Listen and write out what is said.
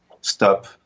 stop